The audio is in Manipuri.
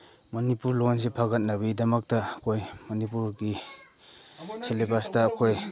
ꯃꯅꯤꯄꯨꯔ ꯂꯣꯟꯁꯦ ꯐꯒꯠꯅꯕꯒꯤꯗꯃꯛꯇ ꯑꯩꯈꯣꯏ ꯃꯅꯤꯄꯨꯔꯒꯤ ꯁꯦꯂꯦꯕꯁꯇ ꯑꯩꯈꯣꯏ